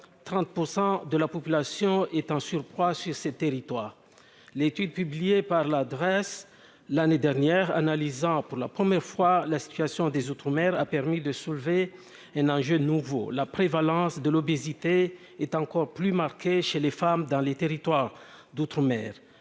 30 % de la population est en surpoids sur ces territoires, l'étude publiée par l'adresse, l'année dernière, analysant pour la première fois la situation des outre-mer a permis de soulever un enjeu de nouveau la prévalence de l'obésité est encore plus marquée chez les femmes dans les territoires d'outre-mer,